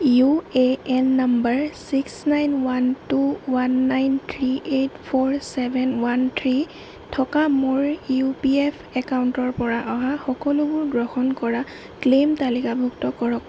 U A N number six nine one two one nine three eight four seven one three থকা মোৰ U P F একাউণ্টৰপৰা অহা সকলোবোৰ গ্ৰহণ কৰা ক্লেইম তালিকাভুক্ত কৰক